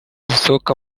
zisohoka